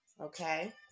okay